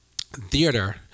Theater